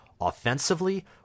Offensively